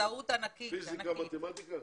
פיזיקה, מתמטיקה?